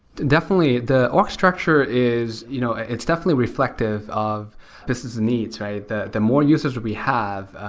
definitely. the org structure is you know it's definitely reflective of this is a needs, right? the the more users we have,